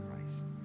Christ